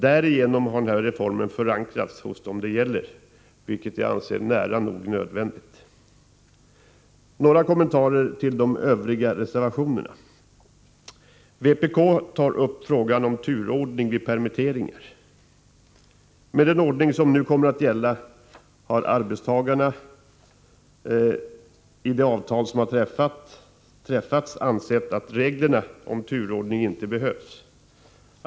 Därigenom har reformen förankrats hos dem den gäller, vilket jag anser nära nog nödvändigt. Jag skall nu ge några kommentarer till de övriga reservationerna. Vpk tar upp frågan om turordning vid permitteringar. Med det system som nu kommer att gälla har arbetstagarna —i de avtal som har träffats — ansett att reglerna om turordning inte behövs.